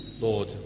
Lord